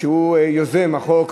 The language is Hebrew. שהוא יוזם החוק,